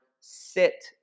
Sit